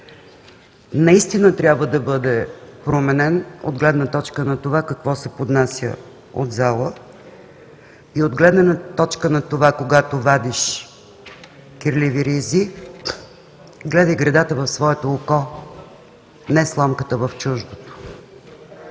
наистина трябва да бъде променен от гледна точка на това какво се поднася от зала, и от гледна точка на това когато вадиш кирливи ризи, гледай гредата в своето око, не сламката в чуждото.